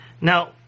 Now